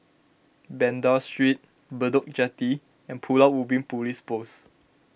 Banda Street Bedok Jetty and Pulau Ubin Police Post